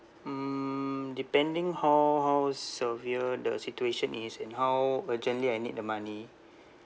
mm depending how how severe the situation is and how urgently I need the money